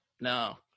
No